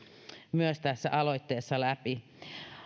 myös tässä aloitteessa läpi